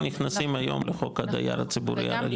נכנסים היום לחוק הדייר הציבורי הרגיל.